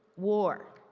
war,